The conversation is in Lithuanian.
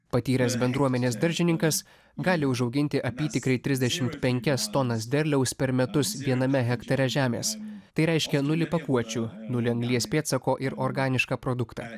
patyręs bendruomenės daržininkas gali užauginti apytikriai trisdešimt penkias tonas derliaus per metus viename hektare žemės tai reiškia nulį pakuočių nulį anglies pėdsako ir organišką produktą